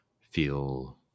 feel